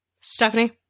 Stephanie